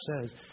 says